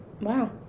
Wow